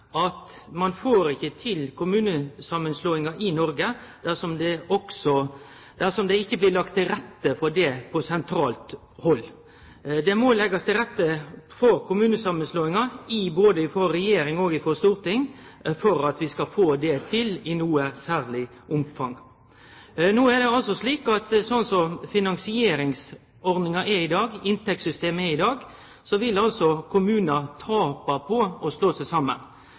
at ein ikkje får til kommunesamanslåingar i Noreg dersom det ikkje blir lagt til rette for det frå sentralt hald. Det må leggjast til rette for kommunesamanslåingar både frå regjering og frå storting for at vi skal få det til i noko særleg omfang. Slik finansieringsordninga – inntektssystemet – er i dag, vil kommunar tape på å slå seg saman.